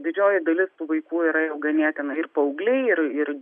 didžioji dalis tų vaikų yra ganėtinai ir paaugliai ir ir